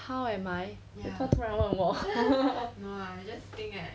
how am I 为什么突然问我